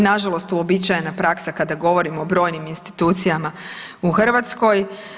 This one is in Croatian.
Loša i nažalost uobičajena praksa kada govorimo o brojnim institucijama u Hrvatskoj.